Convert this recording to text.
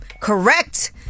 correct